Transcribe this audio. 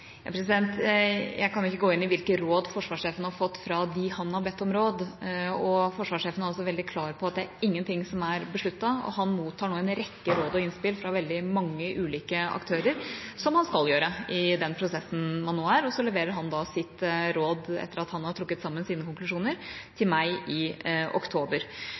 Jeg kan ikke gå inn i hvilke råd forsvarssjefen har fått fra dem han har bedt om råd, og forsvarssjefen er også veldig klar på at det er ingen ting som er besluttet. Han mottar nå en rekke råd og innspill fra veldig mange ulike aktører, som han skal gjøre i den prosessen man nå er i. Han leverer han så sitt råd til meg i oktober, etter at han har trukket sine konklusjoner.